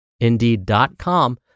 indeed.com